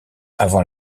avant